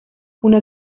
una